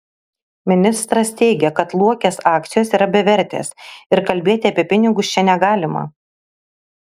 ministras teigė kad luokės akcijos yra bevertės ir kalbėti apie pinigus čia negalima